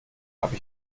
habe